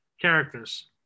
characters